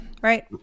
Right